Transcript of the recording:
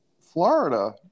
Florida